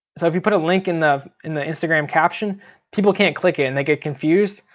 so if you put a link in the in the instagram caption people can't click it and they get confused.